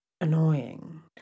annoying